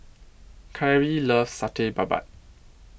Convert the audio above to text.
Cari loves Satay Babat